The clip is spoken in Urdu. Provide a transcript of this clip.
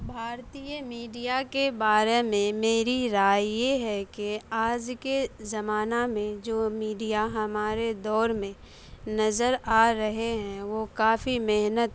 بھارتیہ میڈیا کے بارے میں میری رائے یہ ہے کہ آج کے زمانہ میں جو میڈیا میڈیا ہمارے دور میں نظر آ رہے ہیں وہ کافی محنت